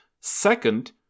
Second